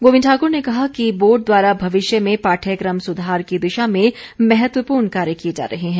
गोविंद ठाकुर ने कहा कि बोर्ड द्वारा भविष्य में पाठयक्रम सुधार की दिशा में महत्वपूर्ण कार्य किए जा रहे हैं